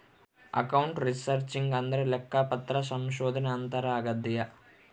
account researching ಅಂದ್ರೆ ಲೆಕ್ಕಪತ್ರ ಸಂಶೋಧನೆ ಅಂತಾರ ಆಗ್ಯದ